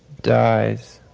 dies.